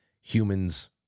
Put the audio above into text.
Humans